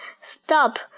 Stop